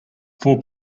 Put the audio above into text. four